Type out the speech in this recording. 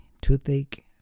toothache